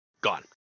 gone